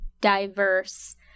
diverse